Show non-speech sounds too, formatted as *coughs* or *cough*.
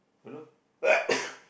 don't know *coughs*